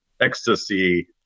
ecstasy